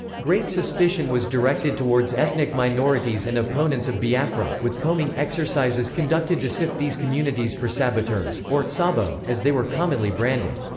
great suspicion was directed towards ethnic minorities and opponents of biafra, with combing exercises conducted to sift these communities for saboteurs, or sabo, as they were commonly branded.